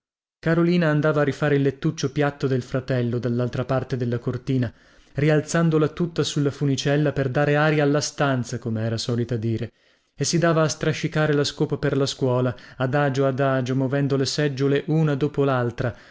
carolina andava a rifare il lettuccio piatto del fratello dallaltra parte della cortina rialzandola tutta sulla funicella per dare aria alla stanza come era solita dire e si dava a strascicare la scopa per la scuola adagio adagio movendo le seggiole una dopo laltra